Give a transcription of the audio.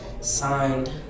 signed